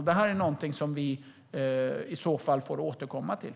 Detta får vi i så fall återkomma till.